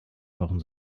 kochen